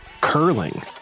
curling